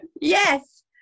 yes